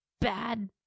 bad